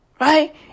Right